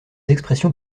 expressions